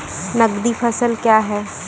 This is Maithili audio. नगदी फसल क्या हैं?